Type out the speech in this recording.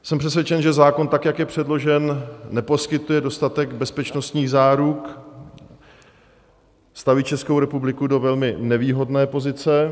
Jsem přesvědčen, že zákon, tak jak je předložen, neposkytuje dostatek bezpečnostních záruk, staví Českou republiku do nevýhodné pozice.